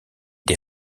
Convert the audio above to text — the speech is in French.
des